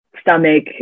Stomach